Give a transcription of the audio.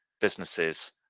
businesses